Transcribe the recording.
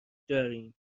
داریم